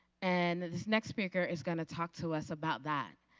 and this next speaker is going to talk to us about that.